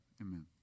Amen